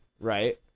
Right